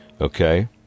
okay